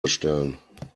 bestellen